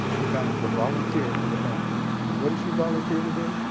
becomes the volunteer for the panthers. and what does she volunteer to do?